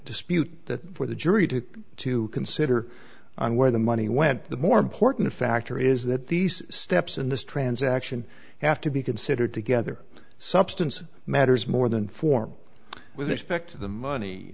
dispute that for the jury to to consider on where the money went the more important factor is that these steps in this transaction have to be considered together substance matters more than form with respect to the money